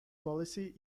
policy